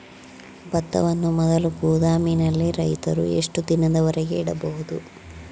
ಭತ್ತವನ್ನು ಮೊದಲು ಗೋದಾಮಿನಲ್ಲಿ ರೈತರು ಎಷ್ಟು ದಿನದವರೆಗೆ ಇಡಬಹುದು?